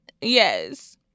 Yes